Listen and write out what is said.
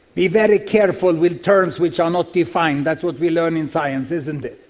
be very careful with terms which are not defined, that's what we learn in science isn't it.